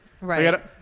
Right